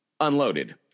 unloaded